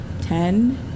ten